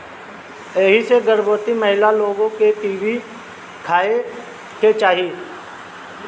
एही से गर्भवती महिला लोग के कीवी खाए के चाही